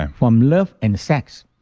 and from love and sex